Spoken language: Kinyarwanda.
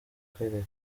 kwereka